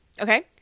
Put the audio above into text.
Okay